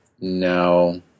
No